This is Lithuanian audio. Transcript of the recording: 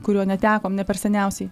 kurio netekom ne per seniausiai